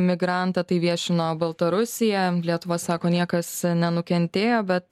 migrantą tai viešino baltarusija lietuva sako niekas nenukentėjo bet